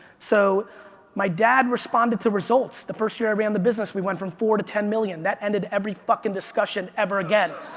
so my dad responded to results. the first year i ran the business we went from four to ten million dollars. that ended every fucking discussion ever again.